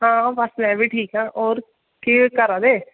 आं बस में बी ठीक आं होर केह् करा दे